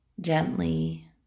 gently